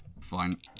Fine